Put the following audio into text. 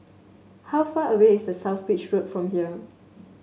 how far away is The South Beach from here